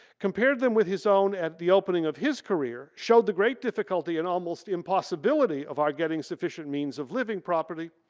compared them with his own at the opening of his career, showed the great difficulty and almost impossibility of our getting sufficient means of living properly.